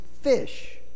fish